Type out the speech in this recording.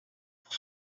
pour